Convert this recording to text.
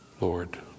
Lord